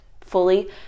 fully